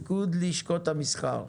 איגוד לשכות המסחר.